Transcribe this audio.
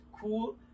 cool